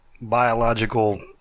biological